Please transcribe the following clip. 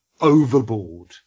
overboard